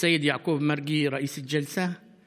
סייד יעקב מרגי, ראיס אל-ג'לסה,